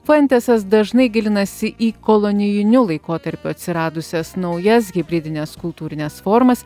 fuentesas dažnai gilinasi į kolonijiniu laikotarpiu atsiradusias naujas hibridines kultūrines formas